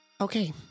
Okay